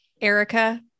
erica